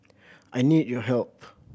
I need your help